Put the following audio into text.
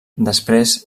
després